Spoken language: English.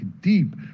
deep